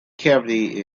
cavity